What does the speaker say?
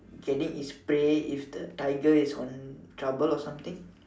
getting its prey if the tiger is on trouble or something